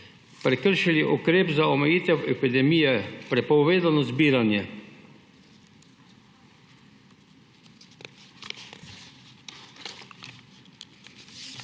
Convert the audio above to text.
prekršili ukrep za omejitev epidemije – prepovedano zbiranje.